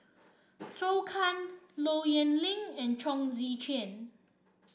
Zhou Can Low Yen Ling and Chong Tze Chien